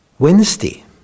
Wednesday